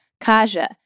Kaja